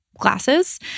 glasses